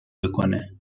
بکنه